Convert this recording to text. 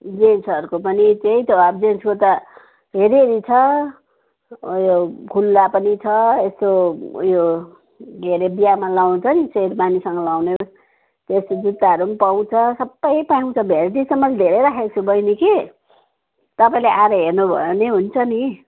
जेन्सहरूको पनि त्यही त हो अब जेन्सको त हेरी हेरी छ उयो खुला पनि छ यस्तो उयो के हरे बिहामा लगाउँछ नि सेरवानीसँग लगाउने त्यस्तो जुत्ताहरू पाउँछ सबै पाउँछ भेराइटी सामान धेरै राखेको छु बहिनी कि तपाईँले आएर हेर्नु भयो भने हुन्छ नि